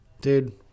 Dude